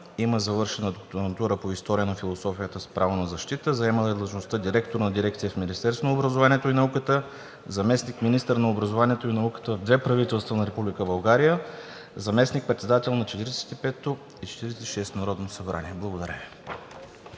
има завършена докторантура по „История на философията“ с право на защита, заемала е длъжността директор на дирекция в Министерството на образованието и науката, заместник министър на образованието и науката в две правителства на Република България, заместник-председател на 45-ото и 46-ото народно събрание. Благодаря